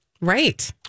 Right